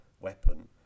weapon